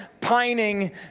pining